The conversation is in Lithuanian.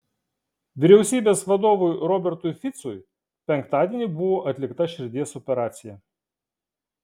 vyriausybės vadovui robertui ficui penktadienį buvo atlikta širdies operacija